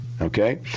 okay